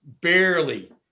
barely